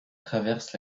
traverse